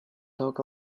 talk